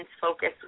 focus